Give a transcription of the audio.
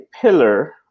pillar